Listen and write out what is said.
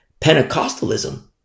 Pentecostalism